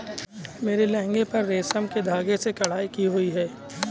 मेरे लहंगे पर रेशम के धागे से कढ़ाई की हुई है